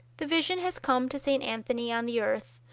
the vision has come to saint anthony on the earth,